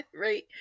right